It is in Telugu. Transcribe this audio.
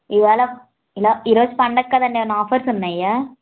ఈవేళ ఇలా ఈరోజు పండగ కదండీ ఏమైనా ఆఫర్సు ఉన్నయా